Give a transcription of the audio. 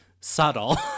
subtle